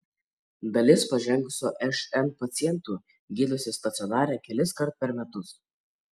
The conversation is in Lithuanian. dalis pažengusio šn pacientų gydosi stacionare keliskart per metus